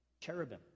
cherubim